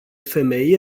femei